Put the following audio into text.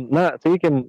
na sakykim